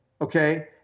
okay